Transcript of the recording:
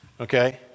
Okay